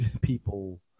people